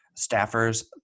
staffers